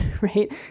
right